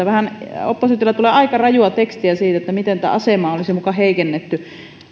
vähän oppositiolta tulee aika rajua tekstiä siitä miten tätä asemaa olisi muka heikennetty